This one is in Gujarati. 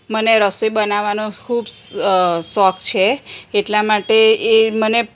મને રસોઈ બનાવાનો ખૂબ શોખ છે એટલા માટે એ મને